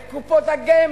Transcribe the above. את קופות הגמל,